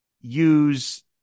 use